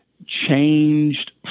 changed